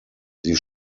sie